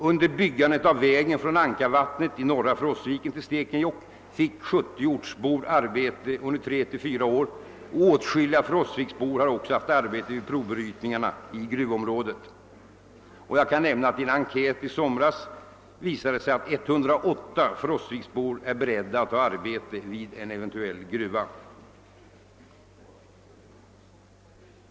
Under byggandet av vägen från Ankarvattnet i norra Frostviken till Stekenjokk fick 70 ortsbor arbete under 3—4 år, och åtskilliga Frostvikenbor har också haft arbete vid provbrytningarna i gruvområdet. Jag kan nämna att det vid en enkät i somras visade sig att 108 Frostvikenbor är beredda att ta arbete vid en eventuell gruva.